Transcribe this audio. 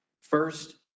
First